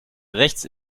rechts